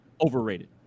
Overrated